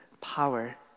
power